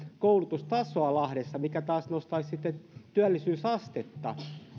koulutustasoa lahdessa mikä taas nostaisi työllisyysastetta